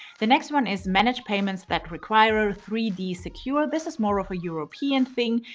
the next one is manage payments that require a three d secure. this is more of a european thing,